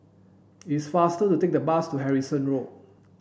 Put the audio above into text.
it's faster to take a bus to Harrison Road